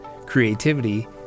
creativity